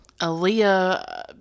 Aaliyah